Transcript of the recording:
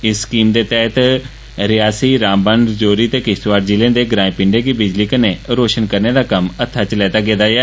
इस स्कीम दे तैहत रियासी रामबन राजौरी ते किश्तवाड़ ज़िलें दे ग्राए पिंडे गी बिजली कन्नै रोशन करने दा कम्म हत्थै च लैते गेदा ऐ